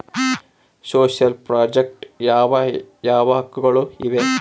Social project ಯಾವ ಯಾವ ಹಕ್ಕುಗಳು ಇವೆ?